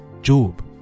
job